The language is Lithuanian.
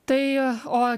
tai o